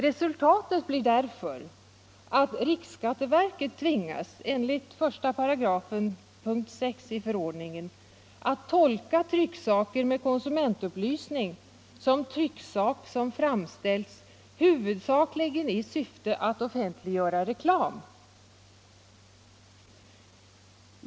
Resultatet blir därför att riksskatteverket tvingas, enligt 1§ p.6 i förordningen, att tolka trycksaker med konsumentupplysning som trycksak som framställts huvudsakligen i syfte att offentliggöra reklam.